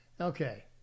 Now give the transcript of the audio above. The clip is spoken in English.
Okay